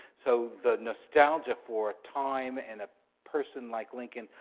so the nostalgia for a time and a person like lincoln,